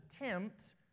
attempt